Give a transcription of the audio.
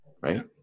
Right